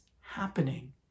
happening